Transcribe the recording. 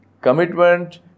commitment